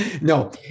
No